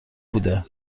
بوده